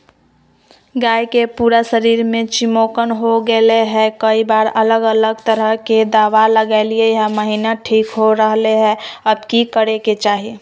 गाय के पूरा शरीर में चिमोकन हो गेलै है, कई बार अलग अलग तरह के दवा ल्गैलिए है महिना ठीक हो रहले है, अब की करे के चाही?